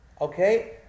Okay